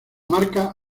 marca